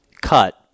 cut